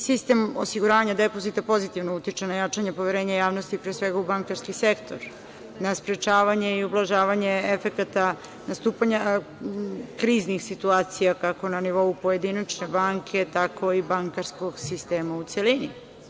Sistem osiguranja depozita pozitivno utiče na jačanje poverenja javnosti, pre svega u bankarski sektor, na sprečavanje i ublažavanje efekata nastupanja kriznih situacija, kako na nivou pojedinačne banke, tako i bankarskog sistema u celini.